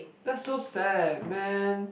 that's so sad man